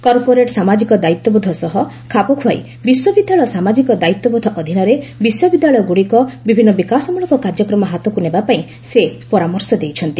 corporate ସାମାଜିକ ଦାୟିତ୍ୱବୋଧ ସହ ଖାପଖୁଆଇ ବିଶ୍ୱବିଦ୍ୟାଳୟ ସାମାଜିକ ଦାୟିତ୍ୱବୋଧ ଅଧୀନରେ ବିଶ୍ୱବିଦ୍ୟାଳୟଗ୍ରଡିକ ବିଭିନ୍ନ ବିକାଶମଳକ କାର୍ଯ୍ୟକ୍ରମ ହାତକ୍ ନେବା ପାଇଁ ସେ ପରାମର୍ଶ ଦେଇଛନ୍ତି